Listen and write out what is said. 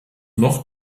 noch